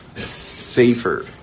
safer